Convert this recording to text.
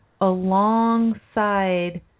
alongside